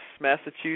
Massachusetts